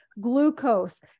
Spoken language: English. glucose